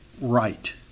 right